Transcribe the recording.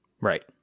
Right